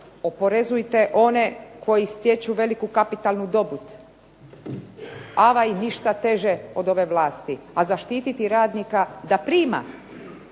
oporezujte one koji stječu veliku kapitalnu dobit, avaj ništa teže od ove vlasti. A zaštititi radnika da prima